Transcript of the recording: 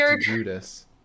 Judas